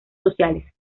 sociales